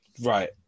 Right